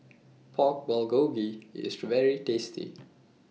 Pork Bulgogi IS very tasty